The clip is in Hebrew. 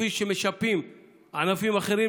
כפי שמשפים ענפים אחרים,